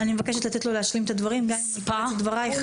תלך לסוריה.